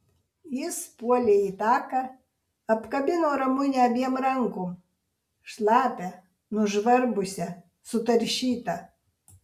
jis puolė į taką apkabino ramunę abiem rankom šlapią nužvarbusią sutaršytą